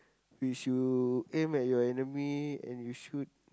which you aim at your enemy and you shoot